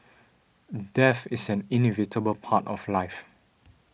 death is an inevitable part of life